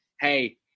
Hey